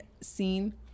scene